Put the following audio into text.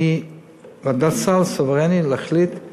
ועדת הסל סוברנית להחליט אם